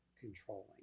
controlling